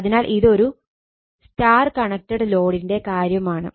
അതിനാൽ ഇതൊരു Y connected ലോഡിന്റെ കാര്യമാണ്